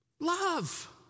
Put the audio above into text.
Love